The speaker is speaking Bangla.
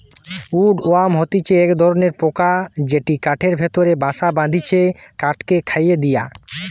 উড ওয়ার্ম হতিছে এক ধরণের পোকা যেটি কাঠের ভেতরে বাসা বাঁধটিছে কাঠকে খইয়ে দিয়া